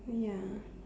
ya